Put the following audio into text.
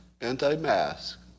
anti-mask